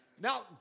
Now